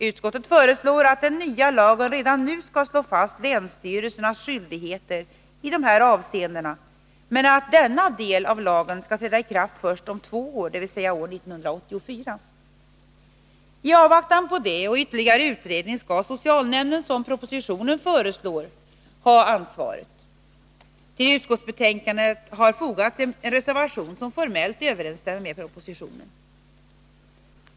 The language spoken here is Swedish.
Utskottet föreslår att den nya lagen redan nu skall slå fast länsstyrelsernas skyldigheter i dessa avseenden, men att denna del av lagen skall träda i kraft först om två år, dvs. år 1984. I avvaktan på det och på ytterligare utredning skall socialnämnden, som propositionen föreslår, ha ansvaret. Till utskottsbetänkandet har fogats en reservation som formellt överensstämmer med propositionen.